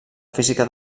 física